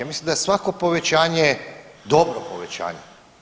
Ja mislim da je svako povećanje dobro povećanje.